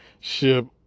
ship